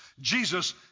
Jesus